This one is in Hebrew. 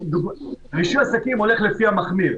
רישוי עסקים הולך לפי המחמיר.